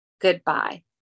Goodbye